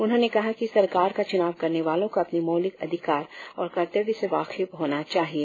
उन्होंने कहा को सरकार का चुनाव करने वालो को अपनी मौलिक अधिकार और कर्तव्य से वाकिफ होना चाहिए